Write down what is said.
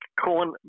corn